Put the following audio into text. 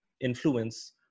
influence